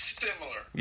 similar